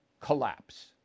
collapse